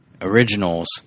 originals